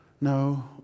No